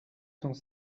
cent